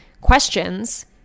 questions